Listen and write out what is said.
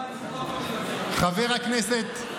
חבר הכנסת,